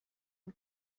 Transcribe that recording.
این